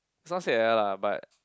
is not say like that lah but